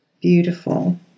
Beautiful